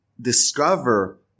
discover